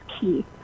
key